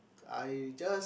I just